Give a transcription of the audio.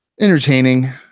entertaining